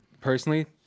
personally